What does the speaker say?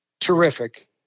terrific